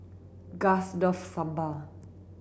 Gust love Sambar